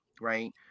right